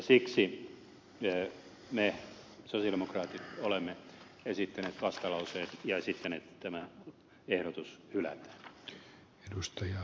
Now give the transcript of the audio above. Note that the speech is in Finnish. siksi me sosialidemokraatit olemme tehneet vastalauseen ja esittäneet että tämä ehdotus hylätään